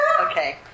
Okay